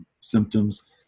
symptoms